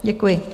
Děkuji.